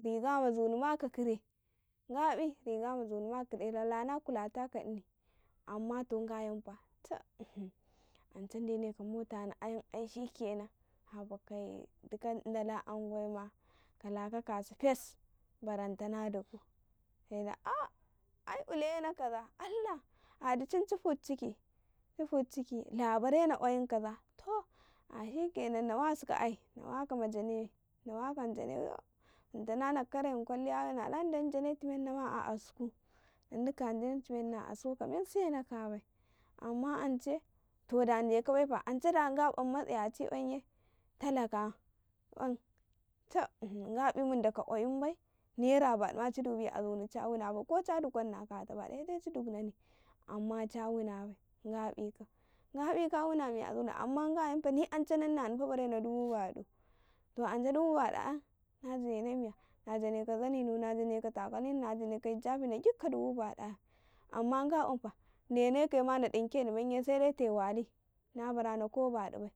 ﻿Riga ma zunima ka kre nga bi riga ma zunima ka kre lana kulata ka ini ammato nga yanfa an ce ndene ka mota ni ayam ai shikenan bam ta duka dala chadima kalaka kasu fes baran tana duka ah ai uleyena kaza ndagai dichin ci futa chiki, chi fut chiki, ai bare na kwayin ma kazaa allah a to shikkenan na wasika ai nawaka jana na janaka kare ma kwalliya nala nata hajane ti mennna ma a asku kamen sene ka bai amman ance to da daka baifa, ance da nga bam matsiyaci bam''yan talaka ''yan nga bin mandi ka kwayin bai ne ra baɗu ma ci dubi azuni chawunu bai, ko cha dukwanni akata baɗu hede chi duk nani amma cha wuna bai nga ƃi kam nga ƃi kam, nga ƃi kawuna miya azuni amman nga ni ance nanna hni fa barena dubu baɗu, to ance dubu badu''yan na janena maiya najana ka zani no na jane ko takalmi no na janeko hijabi na duk ka dubu badd ayam amma nga bamu fa ndenekaye ma na dinkeni menye se dai tayi eyi wala ni na barano ko badd bai,